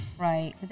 Right